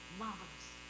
marvelous